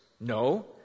No